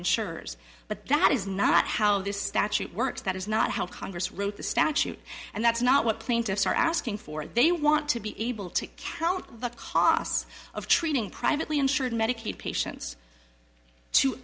insurers but that is not how this statute works that is not how congress wrote the statute and that's not what plaintiffs are asking for they want to be able to count the costs of treating privately insured medicaid patients to